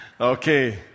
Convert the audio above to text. Okay